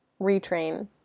retrain